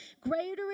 Greater